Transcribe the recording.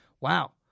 wow